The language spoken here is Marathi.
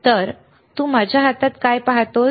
तर तू माझ्या हातात काय पाहतोस